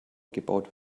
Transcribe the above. gebaut